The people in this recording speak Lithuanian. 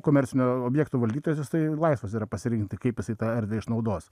komercinių objektų valdytojas jisai laisvas yra pasirinkti kaip jisai tą erdvę išnaudos